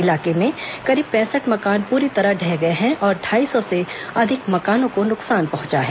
इलाके में करीब पैंसठ मकान पूरी तरह ढह गए हैं और ढाई सौ से अधिक मकानों को नुकसान पहंचा है